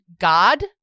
God